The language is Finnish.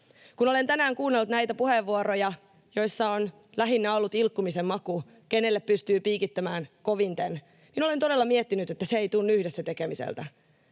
Kun olen tänään kuunnellut näitä puheenvuoroja, joissa on lähinnä ollut ilkkumisen maku, kenelle pystyy piikittämään koviten, niin olen todella miettinyt, että se ei tunnu yhdessä tekemiseltä.